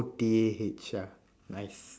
O T A H ah nice